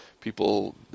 People